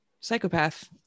psychopath